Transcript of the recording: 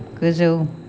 गोजौ